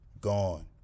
gone